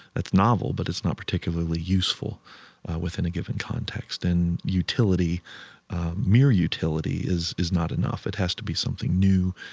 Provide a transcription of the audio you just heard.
that's novel, but it's not particularly useful within a given context and utility mere utility is is not enough. it has to be something new.